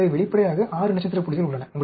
எனவே வெளிப்படையாக 6 நட்சத்திர புள்ளிகள் உள்ளன